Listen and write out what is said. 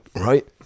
Right